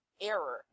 error